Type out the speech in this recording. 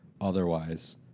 otherwise